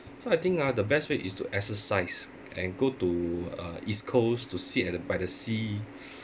so I think ah the best way is to exercise and go to uh east coast to sit at the by the sea